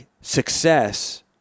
success